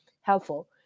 helpful